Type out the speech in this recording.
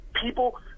people